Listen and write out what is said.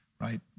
right